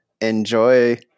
enjoy